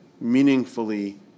meaningfully